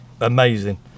amazing